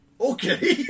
okay